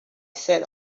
sat